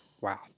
Wow